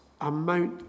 amount